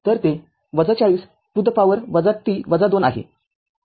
तरते ४० to the power t २ आहे